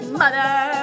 mother